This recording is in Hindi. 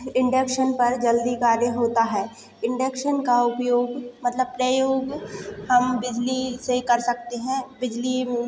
इंडेक्शन पर जल्दी कार्य होता है इंडक्शन का उपयोग मतलब प्रयोग हम बिजली से ही कर सकते हैं बिजली